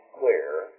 clear